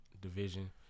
division